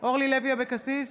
אורלי לוי אבקסיס,